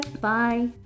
Bye